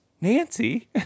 Nancy